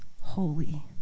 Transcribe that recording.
holy